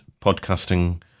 podcasting